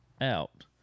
out